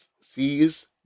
sees